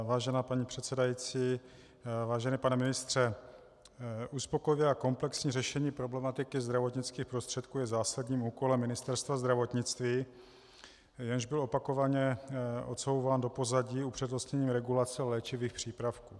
Vážená paní předsedající, vážený pane ministře, uspokojivé a komplexní řešení problematiky zdravotnických prostředků je zásadním úkolem Ministerstva zdravotnictví, jenž byl opakovaně odsouván do pozadí upřednostněním regulace léčivých přípravků.